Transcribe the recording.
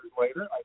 later